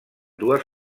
dues